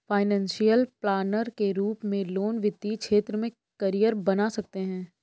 financial planner के रूप में लोग वित्तीय क्षेत्र में करियर बना सकते हैं